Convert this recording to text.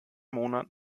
monat